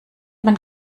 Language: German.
man